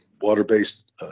water-based